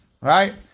Right